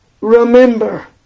Remember